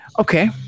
Okay